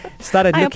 Started